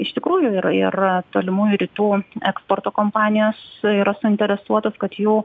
iš tikrųjų ir yra tolimųjų rytų eksporto kompanijas yra suinteresuotos kad jų